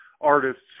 artists